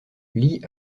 leigh